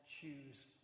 choose